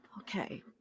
Okay